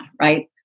right